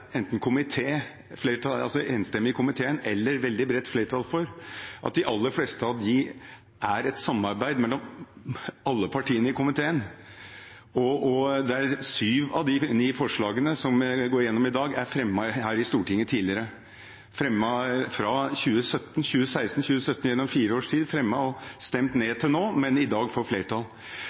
enstemmig komité for eller et veldig bredt flertall for, og at de aller fleste av dem er et resultat av et samarbeid mellom alle partiene i komiteen. Syv av de ni forslagene som går igjennom i dag, er fremmet i Stortinget tidligere, fra 2016–2017 og gjennom en fire års tid. De er stemt ned til nå, men får i dag flertall.